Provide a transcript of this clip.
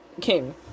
King